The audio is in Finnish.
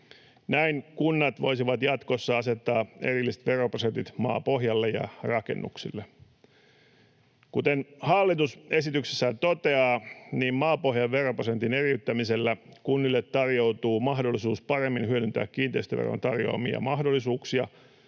Näin kunnat voisivat jatkossa asettaa erilliset veroprosentit maapohjalle ja rakennuksille. Kuten hallitus esityksessään toteaa, niin maapohjan veroprosentin eriyttämisellä kunnille tarjoutuu mahdollisuus paremmin hyödyntää kiinteistöveron tarjoamia mahdollisuuksia